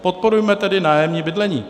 Podporujme tedy nájemní bydlení.